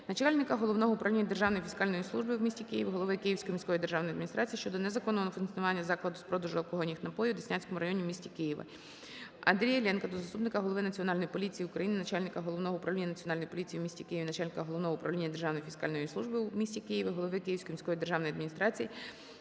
начальника Головного управління Державної фіскальної служби у місті Києві, голови Київської міської державної адміністрації щодо незаконного функціонування закладу з продажу алкогольних напоїв у Деснянському районі міста Києва. Андрія Іллєнка до заступника голови Національної поліції України - начальника Головного управління Національної поліції у місті Києві, начальника Головного управління Державної фіскальної